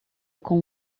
com